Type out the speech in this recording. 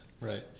Right